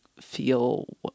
feel